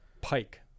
pike